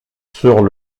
sur